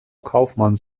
kaufmanns